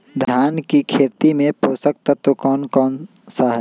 धान की खेती में पोषक तत्व कौन कौन सा है?